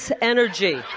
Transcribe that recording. energy